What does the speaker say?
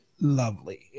lovely